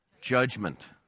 Judgment